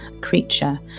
creature